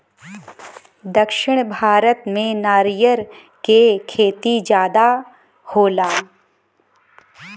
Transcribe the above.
दक्षिण भारत में नरियर क खेती जादा होला